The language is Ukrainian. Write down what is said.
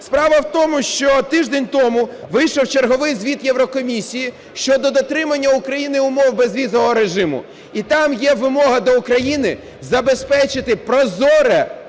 Справа в тому, що тиждень тому вийшов черговий звіт Єврокомісії щодо дотримання Україною безвізового режиму, і там є вимога до України забезпечити прозорий,